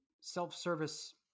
self-service